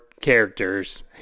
characters